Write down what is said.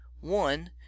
one